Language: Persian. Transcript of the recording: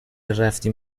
رفتیم